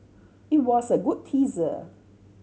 it was a good teaser